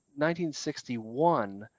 1961